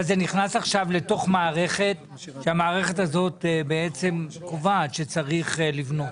זה נכנס עכשיו לתוך מערכת והמערכת הזאת בעצם קובעת שצריך לבנות